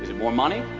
ah more money?